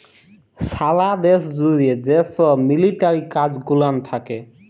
সারা দ্যাশ জ্যুড়ে যে ছব মিলিটারি কাজ গুলান থ্যাকে